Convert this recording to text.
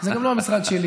זה גם לא המשרד שלי.